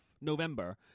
November